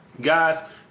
Guys